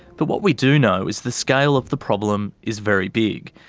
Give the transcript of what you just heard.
but what we do know is the scale of the problem is very big.